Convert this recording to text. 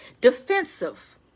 defensive